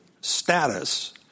status